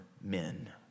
men